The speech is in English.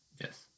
Yes